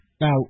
Now